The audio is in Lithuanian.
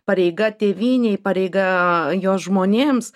pareiga tėvynei pareiga jos žmonėms